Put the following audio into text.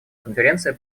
конференции